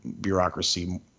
bureaucracy